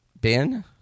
Ben